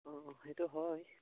অঁ সেইটো হয়